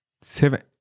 Seven